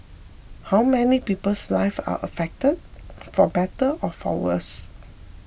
how many people's life are affected for better or for worse